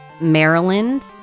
Maryland